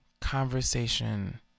conversation